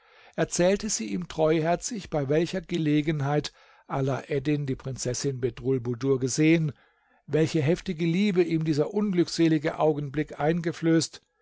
erzählte sie ihm treuherzig bei welcher gelegenheit alaeddin die prinzessin bedrulbudur gesehen welche heftige liebe ihm dieser unglückselige augenblick eingeflößt